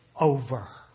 over